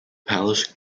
palace